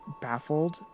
baffled